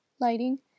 lighting